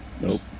Nope